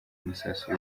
amasasu